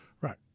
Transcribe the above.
right